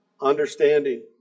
understanding